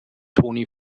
toni